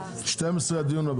הישיבה ננעלה